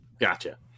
Gotcha